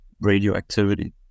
radioactivity